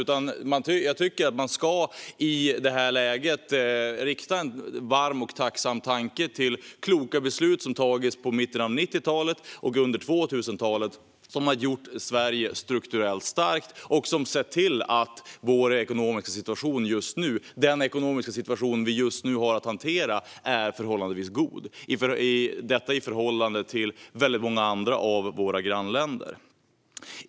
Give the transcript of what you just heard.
Jag tycker att man i detta läge ska ägna en varm och tacksam tanke åt kloka beslut som fattades i slutet av 1990-talet och under 2000-talet, som gjort Sverige strukturellt starkt och sett till att den ekonomiska situation vi just nu har att hantera är förhållandevis god jämfört med situationen i många av våra grannländer.